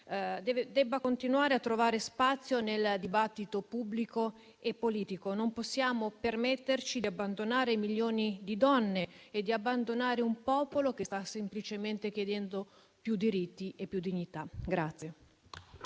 debba continuare a trovare spazio nel dibattito pubblico e politico. Non possiamo permetterci di abbandonare milioni di donne e un popolo che sta semplicemente chiedendo più diritti e più dignità.